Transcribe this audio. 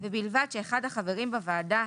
ובלבד שאחד החברים בוועדה